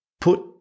put